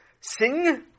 Sing